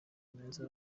meza